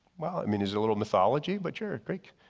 well, i mean he's a little mythology but you're a greek.